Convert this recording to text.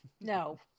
No